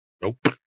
Nope